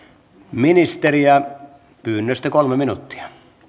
ministeri ja pyynnöstä kolme minuuttia